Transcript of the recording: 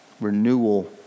Renewal